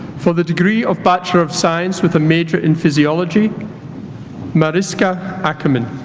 for the degree of bachelor of science with a major in physiology mariska ackerman